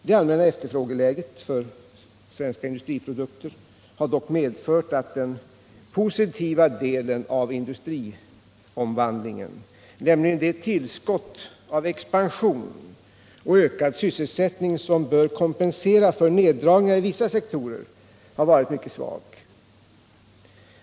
Det allmänna efterfrågeläget för svenska industriprodukter har dock medfört att den positiva delen av industriomvandlingen — nämligen det tillskott av expansion och ökad sysselsättning som bör kompensera för neddragningar i vissa sektorer — har varit mycket svag.